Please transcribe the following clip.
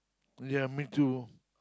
ya me too